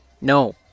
No